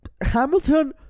hamilton